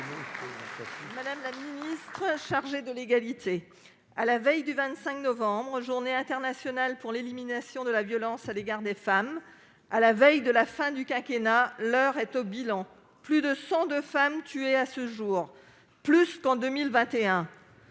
Madame la ministre chargée de l'égalité, à la veille du 25 novembre, Journée internationale pour l'élimination des violences à l'égard des femmes, et en approchant de la fin du quinquennat, l'heure est au bilan. À ce jour, plus de 102 femmes ont été tuées en 2021, soit plus qu'en 2020.